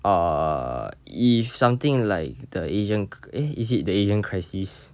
err if something like the asian c~ eh is it the asian crisis